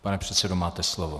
Pane předsedo, máte slovo.